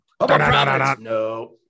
No